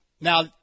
Now